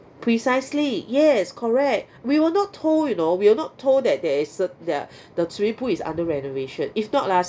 precisely yes correct we were not told you know we were not told that there is ce~ there are the swimming pool is under renovation if not ah